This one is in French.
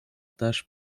tâche